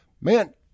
Man